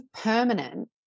permanent